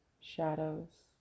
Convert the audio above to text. shadows